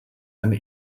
eine